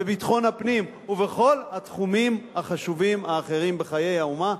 בביטחון הפנים ובכל התחומים החשובים האחרים בחיי האומה,